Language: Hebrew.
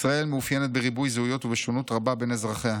ישראל מאופיינת בריבוי זהויות ובשונות רבה בין אזרחיה.